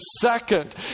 second